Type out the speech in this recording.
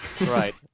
Right